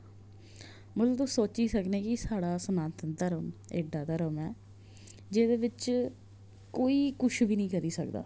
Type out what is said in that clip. मतलब तुस सोची सकने कि साढ़ा सनातन धर्म एड्डा धर्म ऐ जेह्दे बिच कोई कुछ बी निं करी सकदा